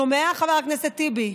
שומע, חבר הכנסת טיבי?